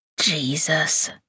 Jesus